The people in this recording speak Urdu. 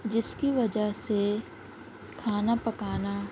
جس کی وجہ سے کھانا پکانا